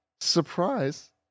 surprise